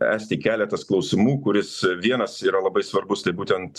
esti keletas klausimų kuris vienas yra labai svarbus tai būtent